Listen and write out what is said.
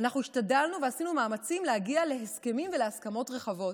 השתדלנו ועשינו מאמצים להגיע להסכמים והסכמות רחבות.